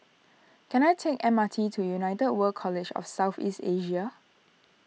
can I take M R T to United World College of South East Asia